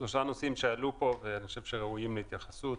שלושה נושאים שעלו פה ראויים להתייחסות.